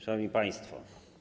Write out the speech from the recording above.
Szanowni Państwo!